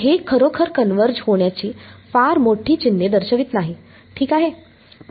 हे खरोखर कन्वर्ज होण्याची फार मोठी चिन्हे दर्शवित नाही ठीक आहे